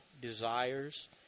desires